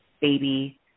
baby